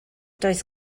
does